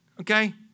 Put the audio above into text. Okay